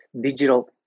digital